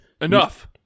Enough